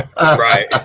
right